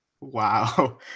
Wow